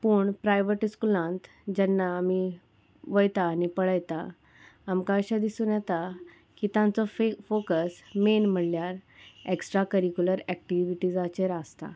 पूण प्रायवेट स्कुलांत जेन्ना आमी वयता आनी पळयता आमकां अशें दिसून येता की तांचो फे फोकस मेन म्हणल्यार एक्स्ट्रा करिकुलर एक्टिविटीजाचेर आसता